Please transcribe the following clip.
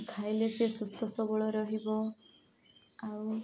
ଖାଇଲେ ସେ ସୁସ୍ଥ ସବଳ ରହିବ ଆଉ